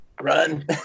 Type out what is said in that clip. Run